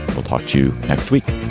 we'll talk to you next week